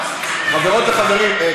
חברות וחברים,